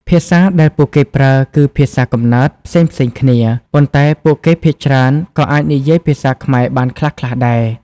ភាសាដែលពួកគេប្រើគឺ ភាសាកំណើត ផ្សេងៗគ្នា ប៉ុន្តែពួកគេភាគច្រើនក៏អាចនិយាយភាសាខ្មែរបានខ្លះៗដែរ។